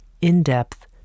in-depth